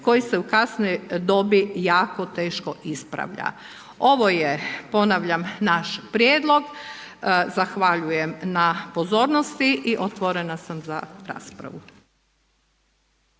koji se u kasnijoj dobi jako teško ispravlja. Ovo je ponavljam naš prijedlog, zahvaljujem na pozornosti i otvorena sam za raspravu.